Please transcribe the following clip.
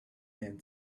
man